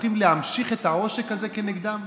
צריכים להמשיך את העושק הזה כנגדם?